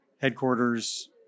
headquarters